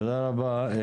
תודה רבה.